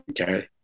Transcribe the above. Okay